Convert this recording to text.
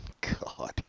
God